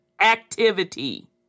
Activity